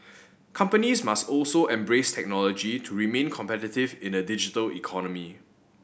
companies must also embrace technology to remain competitive in a digital economy